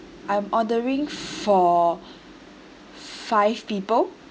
I'm ordering for five people